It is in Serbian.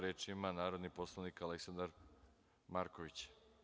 Reč ima narodni poslanik Aleksandar Marković.